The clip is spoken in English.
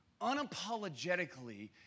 unapologetically